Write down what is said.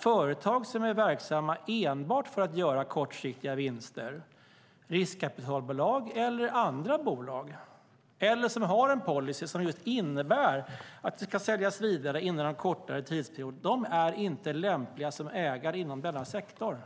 Företag som är verksamma enbart för att göra kortsiktiga vinster - riskkapitalbolag eller andra bolag - eller som har en policy som innebär att det ska säljas vidare inom en kortare tidsperiod är inte lämpliga som ägare inom denna sektor.